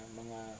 mga